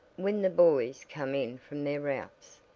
when the boys come in from their routes.